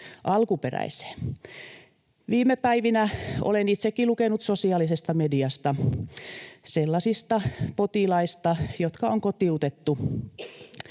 alkuperäiseen. Viime päivinä olen itsekin lukenut sosiaalisesta mediasta sellaisista potilaista, jotka on kotiutettu,